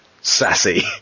sassy